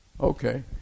Okay